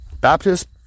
Baptist